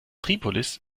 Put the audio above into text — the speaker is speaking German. tripolis